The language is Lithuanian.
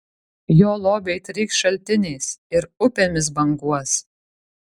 jo lobiai trykš šaltiniais ir upėmis banguos